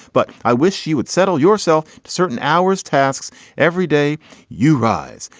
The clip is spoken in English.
but i wish she would settle yourself certain hours tasks every day you rise.